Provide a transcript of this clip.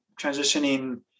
transitioning